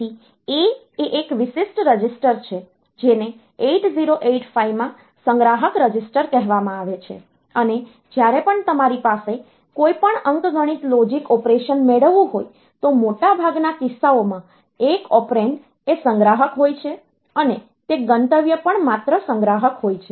તેથી A એ એક વિશિષ્ટ રજિસ્ટર છે જેને 8085 માં સંગ્રાહક રજિસ્ટર કહેવામાં આવે છે અને જ્યારે પણ તમારી પાસે કોઈપણ અંકગણિત લોજિક ઑપરેશન મેળવ્યું હોય તો મોટા ભાગના કિસ્સાઓમાં એક ઑપરેન્ડ એ સંગ્રાહક હોય છે અને તે ગંતવ્ય પણ માત્ર સંગ્રાહક હોય છે